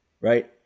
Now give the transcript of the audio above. Right